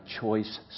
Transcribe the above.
choice